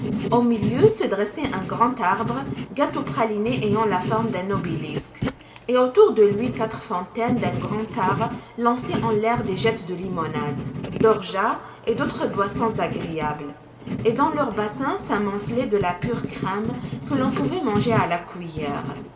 au milieu se dressait un grand arbre gâteau praliné ayant la forme d'un obélisque et autour de lui quatre fontaines d'un grand art lançaient en l'air des jets de limonades d'orgeat et d'autres boissons agréables et dans leurs bassins s'amoncelait de la pure crème que l'on pouvait manger à la cuillère